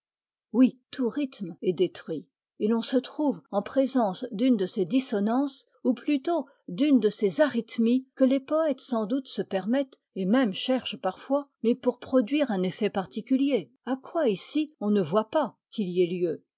oui tout rythme est détruit et l'on se trouve en présence d'une de ces dissonances ou plutôt d'une de ces arythmies que les poètes sans doute se permettent et même cherchent parfois mais pour produire un effet particulier à quoi ici on ne voit pas qu'il y ait lieu